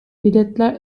biletler